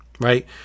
Right